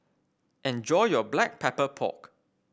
enjoy your Black Pepper Pork